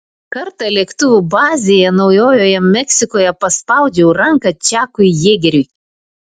kartą lėktuvų bazėje naujojoje meksikoje paspaudžiau ranką čakui jėgeriui